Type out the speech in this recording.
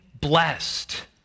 blessed